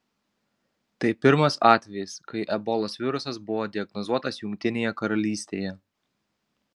tai pirmas atvejis kai ebolos virusas buvo diagnozuotas jungtinėje karalystėje